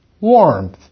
warmth